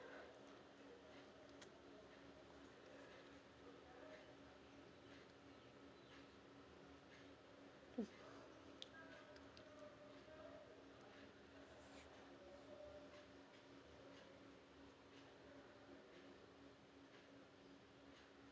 mm